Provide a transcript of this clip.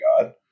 God